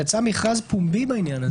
יצא מכרז פומבי בעניין הזה.